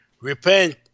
repent